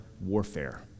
warfare